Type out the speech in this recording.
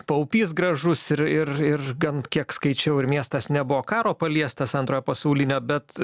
paupys gražus ir ir ir gan kiek skaičiau ir miestas nebuvo karo paliestas antrojo pasaulinio bet